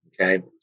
Okay